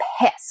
pissed